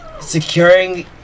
securing